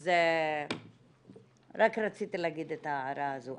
אז רק רציתי להגיד את ההערה הזאת.